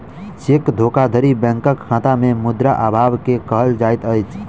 cheque धोखाधड़ी बैंकक खाता में मुद्रा अभाव के कहल जाइत अछि